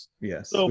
yes